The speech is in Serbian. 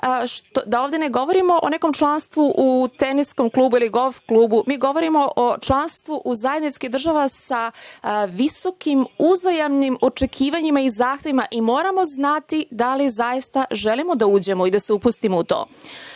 da ovde ne govorimo o nekom članstvu u teniskom klubu ili golf klubu, mi govorimo o članstvu u zajedničkim državama sa visokim uzajamnim očekivanjima i zahtevima i moramo znati da li zaista želimo da uđemo i da se upustimo u to. Mi